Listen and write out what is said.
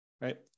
right